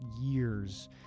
years